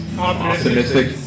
optimistic